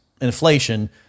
inflation